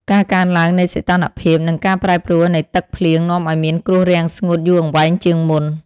ការកើនឡើងនៃសីតុណ្ហភាព និងការប្រែប្រួលនៃទឹកភ្លៀងនាំឱ្យមានគ្រោះរាំងស្ងួតយូរអង្វែងជាងមុន។